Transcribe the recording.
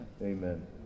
Amen